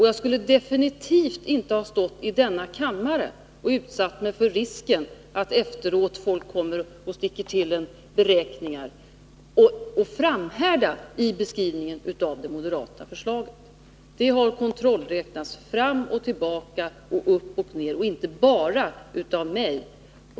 Jag skulle definitivt inte ha stått i denna kammare och framhärdat i min beskrivning av förslaget och utsatt mig för risken att folk efteråt kunnat sticka åt mig beräkningar som visat att jag hade fel. Förslaget har kontrollräknats fram och tillbaka, inte bara av mig.